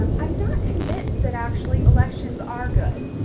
um i'm not convinced that actually, elections are good.